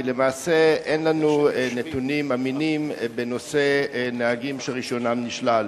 למעשה אין לנו נתונים אמינים בנושא נהגים שרשיונם נשלל.